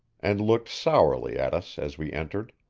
and looked sourly at us as we entered.